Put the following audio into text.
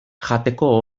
jateko